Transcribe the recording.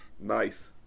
nice